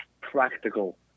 practical